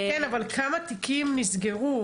כן, אבל כמה תיקים נסגרו?